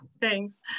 Thanks